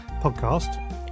podcast